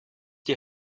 die